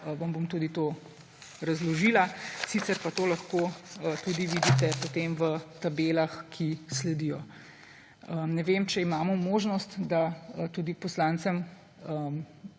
vam bom tudi to razložila, sicer pa to lahko tudi vidite potem v tabelah, ki sledijo. Ne vem, če imamo možnost, da tudi poslancem